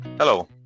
Hello